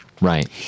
right